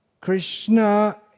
Krishna